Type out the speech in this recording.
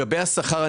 ולגבי השכר,